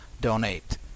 Donate